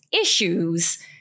issues